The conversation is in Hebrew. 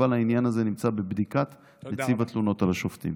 אבל העניין הזה נמצא בבדיקת נציב התלונות על השופטים.